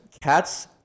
Cats